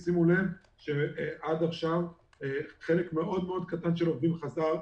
שימו לב שעד עכשיו חלק קטן מאוד של עובדים חזר,